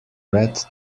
red